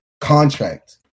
contract